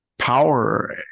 power